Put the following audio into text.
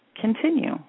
continue